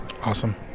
Awesome